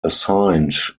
assigned